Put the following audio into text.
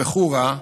בחורה: